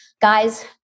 Guys